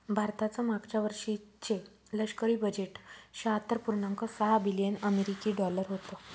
भारताचं मागच्या वर्षीचे लष्करी बजेट शहात्तर पुर्णांक सहा बिलियन अमेरिकी डॉलर होतं